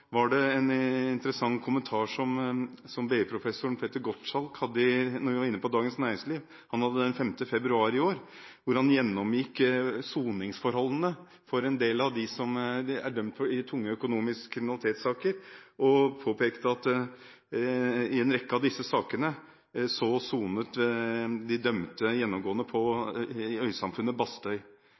Dagens Næringsliv den 5. februar i år. Han gjennomgikk soningsforholdene for en del av dem som er dømt i tunge, økonomiske kriminalitetssaker, og påpekte at i en rekke av disse sakene sonet de dømte gjennomgående i øysamfunnet på Bastøy.